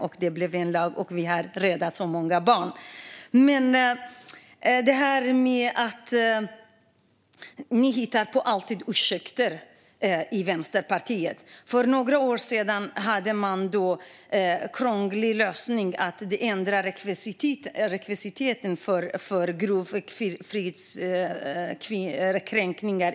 Det blev en lag, och vi har räddat många barn. Vänsterpartiet hittar alltid ursäkter. För några år sedan föreslog ni en krånglig lösning för att ändra rekvisiten för grov kvinnofridskränkning.